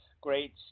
great